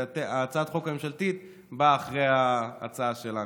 והצעת החוק הממשלתית באה אחרי ההצעה שלנו.